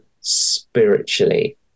spiritually